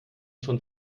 schon